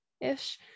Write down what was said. Ish